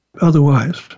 otherwise